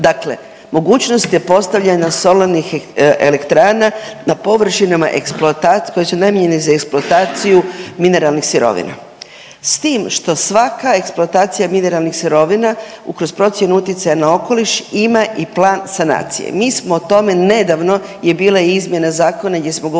Dakle mogućnost je postavljanja solarnih elektrana na površinama eksploata…, koje su namijenjeni za eksploataciju mineralnih sirovina s tim što svaka eksploatacija mineralnih sirovina kroz procjenu utjecaja na okoliš ima i plan sanacije. Mi smo o tome, nedavno je bila i izmjena zakona gdje smo govorili